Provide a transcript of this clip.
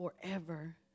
forever